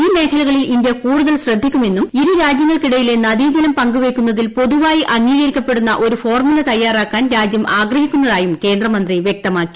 ഈ മേഖലകളിൽ ഇന്ത്യ കൂടുതൽ ശ്രദ്ധിക്കുമെന്നും ഇരുരാജ്യങ്ങൾക്കിടയിലെ നദീജലം പങ്കവയ്ക്കുന്നതിൽ പൊതുവായി അംഗീകരിക്കപ്പെടുന്ന ഒരു ഫോർമുല തയ്യാറാക്കാൻ രാജ്യം ആഗ്രഹിക്കുന്നതായും കേന്ദ്രമന്ത്രി വ്യക്തമാക്കി